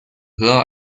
höher